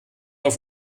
auf